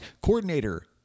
Coordinator